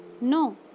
No